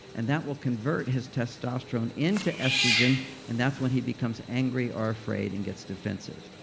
and that will convert his testosterone into estrogen and that's when he becomes angry or afraid and gets defensive.